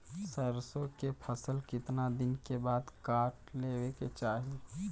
सरसो के फसल कितना दिन के बाद काट लेवे के चाही?